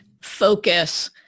focus